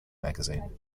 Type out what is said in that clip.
magazine